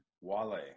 wale